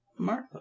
Martha